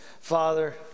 Father